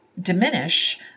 diminish